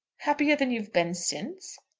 happier than you've been since?